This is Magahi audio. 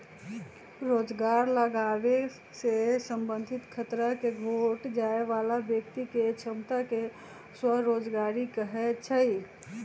रोजगार लागाबे से संबंधित खतरा के घोट जाय बला व्यक्ति के क्षमता के स्वरोजगारी कहै छइ